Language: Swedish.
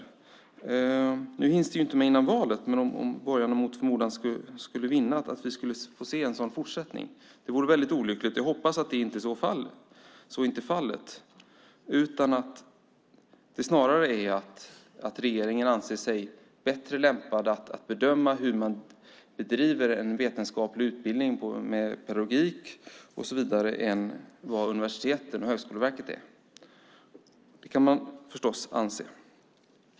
Det hinns inte med före valet, men om borgarna mot förmodan skulle vinna valet och vi därmed skulle få se en fortsättning på det vore det mycket olyckligt. Jag hoppas att så inte blir fallet utan att det snarare är så att regeringen anser sig bättre lämpad att bedöma hur man bedriver en vetenskaplig utbildning med pedagogik och så vidare än universiteten och Högskoleverket är - det kan man förstås anse.